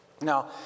Now